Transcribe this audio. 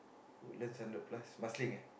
Woodlands hundred plus Marsiling eh